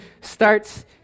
starts